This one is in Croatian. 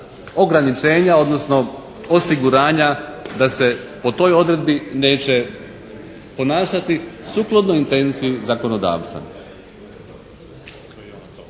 ograničenja, odnosno osiguranja da se po toj odredbi neće ponašati sukladno intenciji zakonodavca.